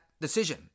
decision